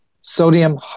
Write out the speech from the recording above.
sodium